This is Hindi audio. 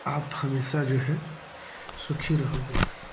आप हमेशा जो है सुखी रहोगे